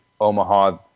Omaha